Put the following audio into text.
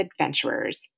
adventurers